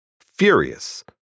furious